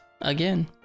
again